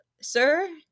sir